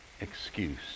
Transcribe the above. excuse